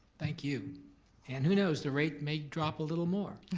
thank you and who knows, the rate may drop a little more,